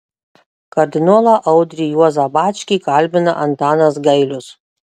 kardinolą audrį juozą bačkį kalbina antanas gailius